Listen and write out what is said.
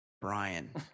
Brian